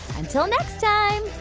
until next time,